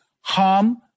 harm